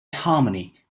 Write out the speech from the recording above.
harmony